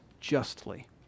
justly